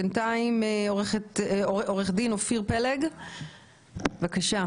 בינתיים עורך דין אופיר פלג, בבקשה.